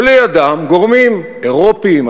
ולידם גורמים אירופיים,